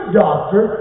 doctor